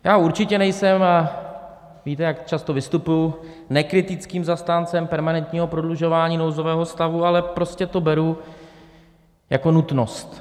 Já určitě nejsem, víte, jak často vystupuji, nekritickým zastáncem permanentního prodlužování nouzového stavu, ale prostě to beru jako nutnost.